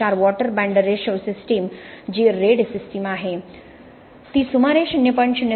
4 water binder ratio system जी red system आहे ती सुमारे 0